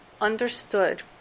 understood